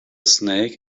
snake